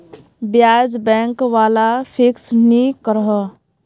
ब्याज़ बैंक वाला फिक्स नि करोह